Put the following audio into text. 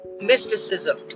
mysticism